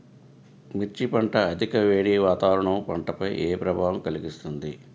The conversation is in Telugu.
మిర్చి పంట అధిక వేడి వాతావరణం పంటపై ఏ ప్రభావం కలిగిస్తుంది?